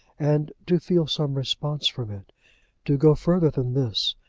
and to feel some response from it to go further than this,